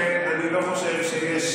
כדי לעקוף את הייעוץ המשפטי, אני לא חושב שיש